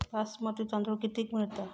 बासमती तांदूळ कितीक मिळता?